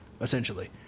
essentially